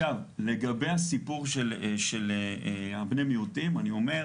לגבי הסיפור של בני המיעוטים אני אומר,